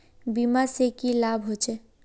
बीमा से की लाभ होचे?